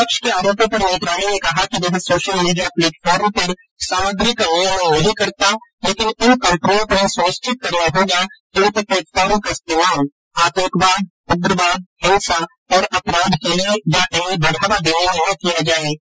विपक्ष के आरोपों पर मंत्रालय ने कहा कि वह सोशल मीडिया प्लेटफार्म पर सामग्री का नियमन नहीं करता लेकिन इन कंपनियों को यह सुनिश्चित करना होगा कि उनके प्लेटफार्म का इस्तेमाल आतंकवाद उग्रवाद हिंसा और अपराध के लिए या इन्हें बढ़ावा देने में न किया जाये